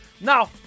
Now